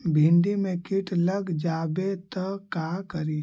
भिन्डी मे किट लग जाबे त का करि?